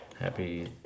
Happy